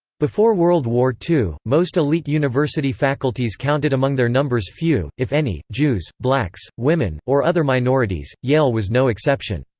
before world war ii, most elite university faculties counted among their numbers few, if any, jews, blacks, women, or other minorities yale was no exception.